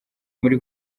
muri